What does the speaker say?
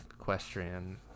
equestrian